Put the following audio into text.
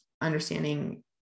understanding